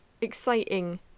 exciting